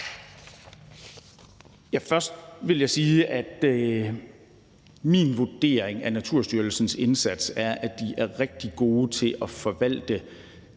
Først vil jeg sige, at min vurdering af Naturstyrelsens indsats er, at de er rigtig gode til at forvalte